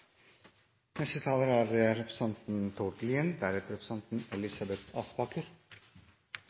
Neste taler er representanten